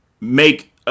make